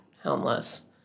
homeless